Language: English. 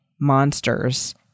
monsters